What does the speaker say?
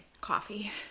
Coffee